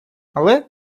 але